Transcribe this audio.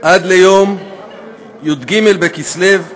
עד ליום י"ג בכסלו התשע"ח,